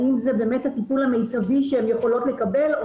האם זה באמת הטיפול המיטבי שהן יכולות לקבל או